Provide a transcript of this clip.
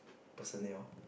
personnel